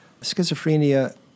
schizophrenia